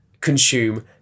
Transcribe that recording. consume